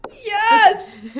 Yes